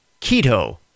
keto